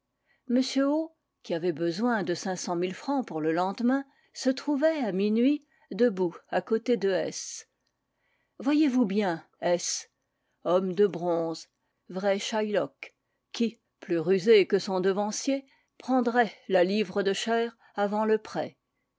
m o qui avait besoin de cinq cent mille francs pour le lendemain se trouvait à minuit debout à côté de s voyez-vous bien s homme de bronze vrai shylock qui plus rusé que son devancier prendrait la livre de chair avant le prêt